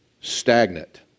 stagnant